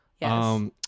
Yes